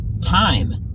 time